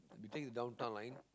you take Downtown Line